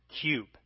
cube